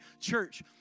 Church